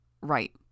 Right